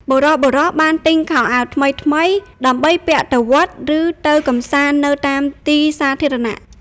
បុរសៗបានទិញខោអាវថ្មីៗដើម្បីពាក់ទៅវត្តឬទៅកម្សាន្តនៅតាមទីសាធារណៈ។